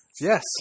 Yes